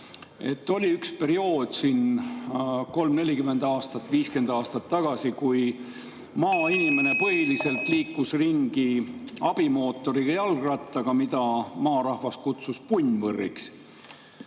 et oli üks periood 30–40 aastat või 50 aastat tagasi, kui maainimene põhiliselt liikus ringi abimootoriga jalgrattaga, mida maarahvas kutsus punnvõrriks.